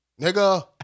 nigga